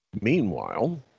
Meanwhile